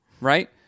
right